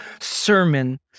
sermon